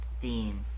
theme